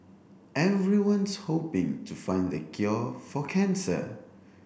everyone's hoping to find the cure for cancer